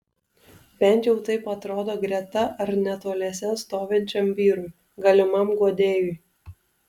bent jau taip atrodo greta ar netoliese stovinčiam vyrui galimam guodėjui